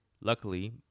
Luckily